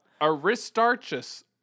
Aristarchus